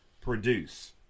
produce